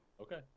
okay